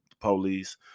police